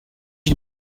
you